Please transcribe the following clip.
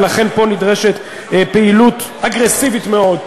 ולכן פה נדרשת פעילות אגרסיבית מאוד,